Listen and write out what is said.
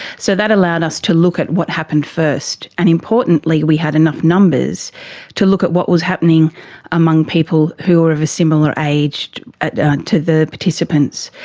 so that allowed us to look at what happened first. and importantly we had enough numbers to look at what was happening among people who were of a similar age to the participants,